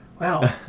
wow